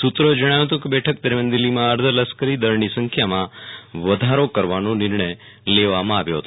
સુત્રોએ જણાવ્યું હતું કે બેઠક દરમ્યાન દિલ્હીમાં અર્ધલશ્કરો દળની સખ્યામાં વધારો કરવાનો નિર્ણય લેવામાં આવ્યો હતો